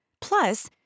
plus